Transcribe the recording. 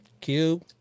Cube